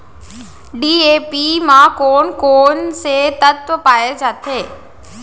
DAP म कोन कोन से तत्व पाए जाथे?